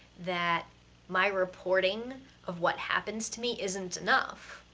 that my reporting of what happens to me isn't enough.